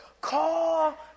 call